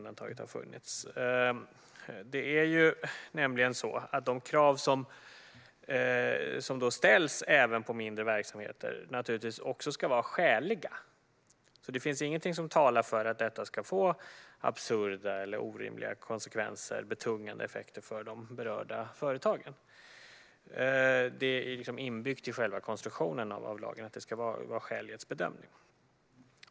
De krav som ställs även på mindre verksamheter ska naturligtvis också vara skäliga, så det finns inget som talar för att detta ska få absurda eller orimliga konsekvenser eller betungande effekter för de berörda företagen. Det är inbyggt i lagens själva konstruktion att det ska ske en skälighetsbedömning.